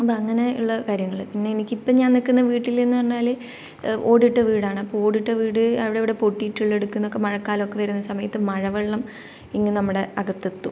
അപ്പോൾ അങ്ങനെയുള്ള കാര്യങ്ങള് പിന്നെ എനിക്ക് ഇപ്പോൾ ഞാൻ നിൽക്കുന്ന വീട്ടില് എന്നു പറഞ്ഞാല് ഓടിട്ട വീടാണ് അപ്പോൾ ഓടിട്ട വീട് അവിടവിടെ പൊട്ടിയിട്ടുള്ള ഇടയ്ക്ക്നിന്നൊക്കെ മഴക്കാലമൊക്കെ വരുന്ന സമയത്ത് മഴവെള്ളം ഇങ്ങ് നമ്മുടെ അകത്തെത്തും